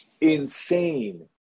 insane